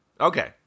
Okay